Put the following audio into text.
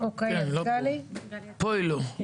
אני